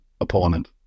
opponent